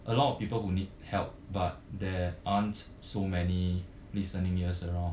a lot of people who need help but there aren't so many listening ears around